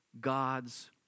God's